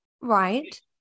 right